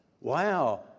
Wow